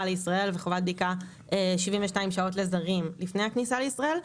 לישראל וחובת בדיקה 72 שעות לזרים לפני הכניסה לישראל,